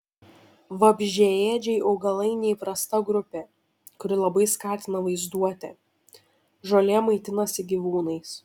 vabzdžiaėdžiai augalai neįprasta grupė kuri labai skatina vaizduotę žolė maitinasi gyvūnais